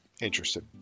interested